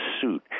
suit